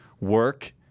work